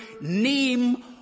name